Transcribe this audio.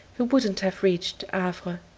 who wouldn't have reached havre.